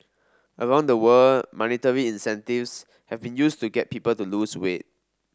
around the world monetary incentives have been used to get people to lose weight